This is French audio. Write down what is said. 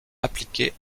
appliqué